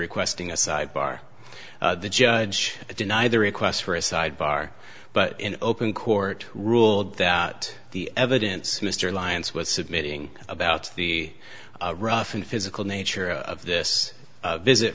requesting a sidebar the judge denied the request for a sidebar but in open court ruled that the evidence mr alliance with submitting about the rough and physical nature of this visit